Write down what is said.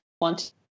want